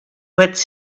what